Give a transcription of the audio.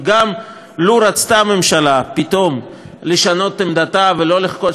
כי גם לו רצתה הממשלה פתאום לשנות עמדתה ולא לחכות